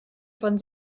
von